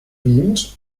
beamed